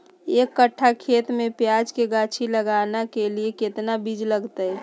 एक कट्ठा खेत में प्याज के गाछी लगाना के लिए कितना बिज लगतय?